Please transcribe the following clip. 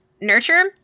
Nurture